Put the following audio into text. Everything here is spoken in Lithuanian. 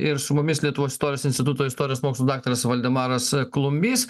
ir su mumis lietuvos istorijos instituto istorijos mokslų daktaras valdemaras klumbys